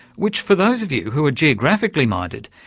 which for those of you who are geographically minded,